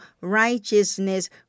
righteousness